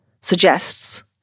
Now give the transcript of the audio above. suggests